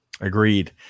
Agreed